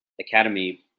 academy